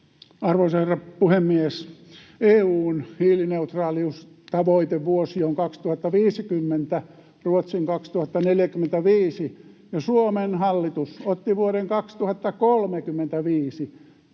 Arvoisa herra puhemies! EU:n hiilineutraaliustavoitevuosi on 2050, Ruotsin 2045, ja Suomen hallitus otti vuoden 2035